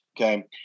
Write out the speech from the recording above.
okay